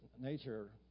nature